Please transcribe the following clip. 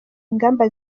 ingamba